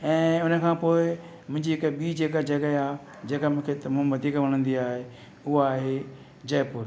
ऐं हुन खां पोइ मुंहिंजी हिकु ॿी जेका जॻहि आहे जेका मूंखे तमामु वधीक वणंदी आहे उहा आहे जयपुर